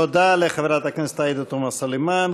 תודה לחברת הכנסת עאידה תומא סלימאן.